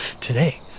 Today